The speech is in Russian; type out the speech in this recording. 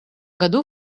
году